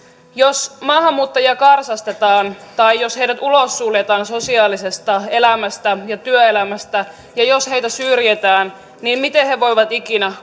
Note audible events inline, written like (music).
jos maahanmuuttajia karsastetaan tai jos heidät ulossuljetaan sosiaalisesta elämästä ja työelämästä ja jos heitä syrjitään niin miten he voivat ikinä (unintelligible)